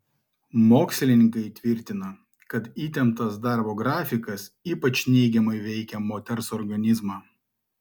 mokslininkai tvirtina kad įtemptas darbo grafikas ypač neigiamai veikia moters organizmą